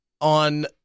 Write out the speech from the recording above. on